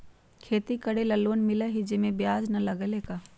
खेती करे ला लोन मिलहई जे में ब्याज न लगेला का?